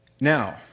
Now